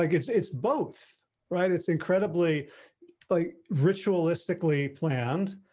like it's it's both right. it's incredibly like ritualistically planned.